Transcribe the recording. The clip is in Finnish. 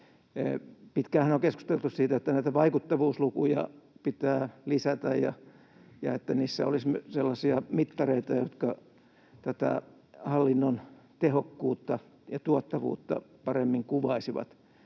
Pitkäänhän on keskusteltu siitä, että näitä vaikuttavuuslukuja pitää lisätä ja että niissä olisi sellaisia mittareita, jotka tätä hallinnon tehokkuutta ja tuottavuutta paremmin kuvaisivat.